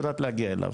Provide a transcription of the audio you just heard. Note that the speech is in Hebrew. היא יודעת להגיע אליו.